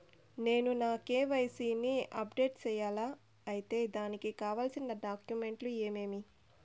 నేను నా కె.వై.సి ని అప్డేట్ సేయాలా? అయితే దానికి కావాల్సిన డాక్యుమెంట్లు ఏమేమీ?